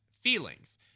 feelings